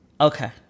Okay